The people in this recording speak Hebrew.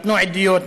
נתנו עדויות,